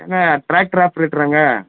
ஏங்க ட்ராக்ட்ரு ஆப்ரேட்டராங்க